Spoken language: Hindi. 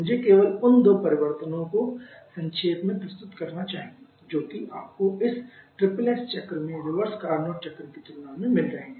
मुझे केवल उन दो परिवर्तनों को संक्षेप में प्रस्तुत करना चाहिए जो कि आपको इस SSS चक्र में रिवर्स कार्नोट चक्र की तुलना में मिल रहे हैं